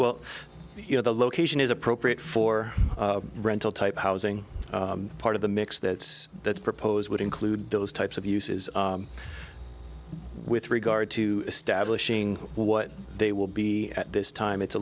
well you know the location is appropriate for rental type housing part of the mix that's that's proposed would include those types of uses with regard to establishing what they will be at this time it's a